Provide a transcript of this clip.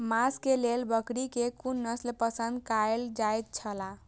मांस के लेल बकरी के कुन नस्ल पसंद कायल जायत छला?